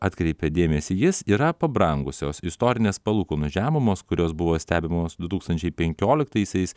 atkreipė dėmesį jis yra pabrangusios istorinės palūkanų žemumos kurios buvo stebimos du tūkstančiai penkioliktaisiais